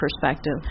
Perspective